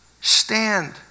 Stand